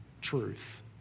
Truth